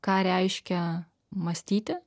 ką reiškia mąstyti